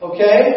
Okay